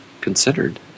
considered